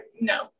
no